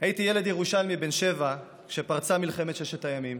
הייתי ילד ירושלמי בן שבע כשפרצה מלחמת ששת הימים.